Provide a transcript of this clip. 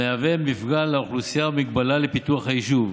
המהווה מפגע לאוכלוסייה ומגבלה לפיתוח היישוב.